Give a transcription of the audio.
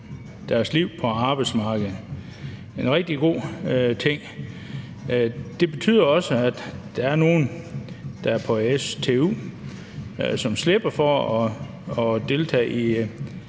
deres liv på arbejdsmarkedet. Det er en rigtig god ting. Det betyder også, at der er nogen, der er på stu, som slipper for at deltage i